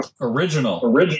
Original